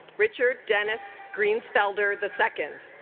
richard dennis green felder the second